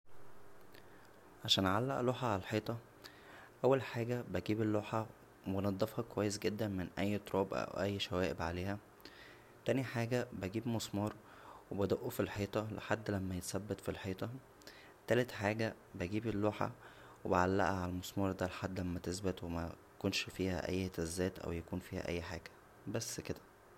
عشان اعلق لوحه عالحيطه اول حاجه اجيب اللوحه وانضفها كويس جدا من اى تراب او اى شوائب عليها تانى حاجه بجيب مسار و ادقه فالحيطه لحد ما يتثبت فالحيطه تالت حاجه بجيب اللوحه واعلقها عالمسمار دا لحد ما تثبت و ميكونش فيها اى اهتزازات او يكون فيها اى حاجه بس كدا